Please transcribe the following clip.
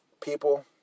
people